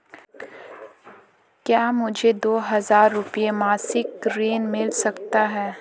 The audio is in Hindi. क्या मुझे दो हज़ार रुपये मासिक ऋण मिल सकता है?